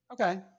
Okay